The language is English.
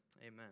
Amen